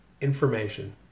information